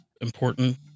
important